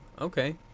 Okay